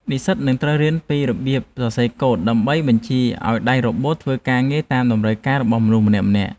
និស្សិតនឹងត្រូវរៀនពីរបៀបសរសេរកូដដើម្បីបញ្ជាឱ្យដៃរ៉ូបូតធ្វើការងារតាមតម្រូវការរបស់មនុស្សម្នាក់ៗ។